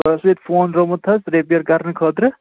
تۄہہِ اوسوُ ییٚتہِ فون ترٛوومُت حظ رٮ۪پیَر کَرنہٕ خٲطرٕ